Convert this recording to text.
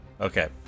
Okay